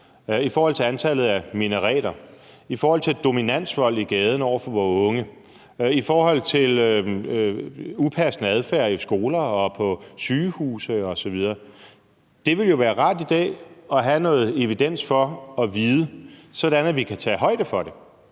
i forhold til antallet af minareter, i forhold til dominansvold på gaden over for vore unge, i forhold til upassende adfærd i skoler og på sygehuse osv.? Det ville jo være rart i dag at have noget evidens for at vide det, sådan at vi kan tage højde for det.